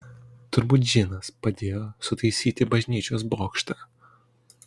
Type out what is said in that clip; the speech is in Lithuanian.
turbūt džinas padėjo sutaisyti bažnyčios bokštą